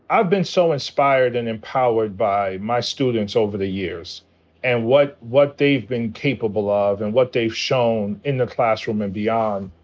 i've been so inspired and empowered by my students over the years and what what they've been capable of and what they've shown in the classroom and beyond.